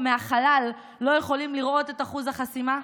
מהחלל לא יכולים לראות את אחוז החסימה?